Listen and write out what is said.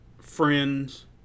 friends